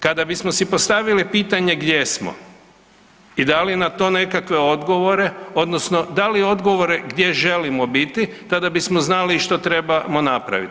Kada bismo si postavili pitanje gdje smo i dali na to nekakve odgovore odnosno dali odgovore gdje želimo biti, tada bismo znali i što trebamo napraviti.